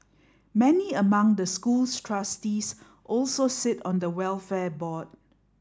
many among the school's trustees also sit on the welfare board